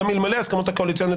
גם אלמלא ההסכמות הקואליציוניות,